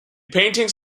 paintings